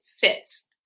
fits